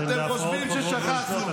אתם בהפרעות חוזרות ונשנות.